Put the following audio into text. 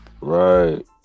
Right